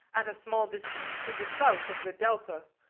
at a small distance to the south of the delta,